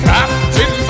Captain